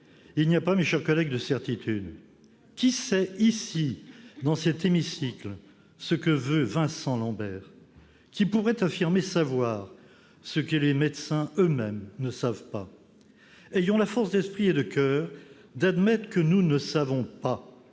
Il n'y a pas, mes chers collègues, de certitudes. Qui sait ici, dans cet hémicycle, ce que veut Vincent Lambert ? Qui pourrait affirmer savoir ce que les médecins eux-mêmes ne savent pas ? Ayons la force d'esprit et de coeur d'admettre que nous ne savons pas.